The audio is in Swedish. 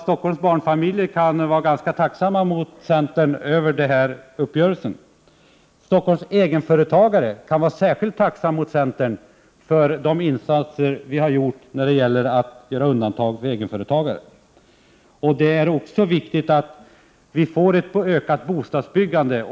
Stockholms barnfamiljer kan faktiskt vara ganska tacksamma mot centern för den här uppgörelsen. Stockholms egenföretagare kan vara särskilt tacksamma mot centern för de insatser vi har gjort för att få till stånd undantag för egenföretagare. Det är också viktigt att vi får ett ökat bostadsbyggande.